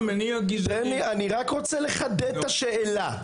תן לי אני רק רוצה לחדד את השאלה.